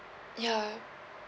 ya